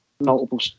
multiple